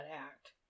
act